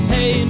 Hey